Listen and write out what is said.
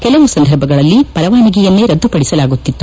ಕೆಲವು ಸಂದರ್ಭಗಳಲ್ಲಿ ಪರವಾನಗಿಯನ್ನೇ ರದ್ದುಪಡಿಸಲಾಗುತ್ತಿತ್ತು